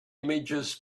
images